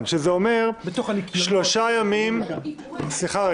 אנחנו צריכים לדון גם בנושא